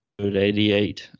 88